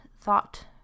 thought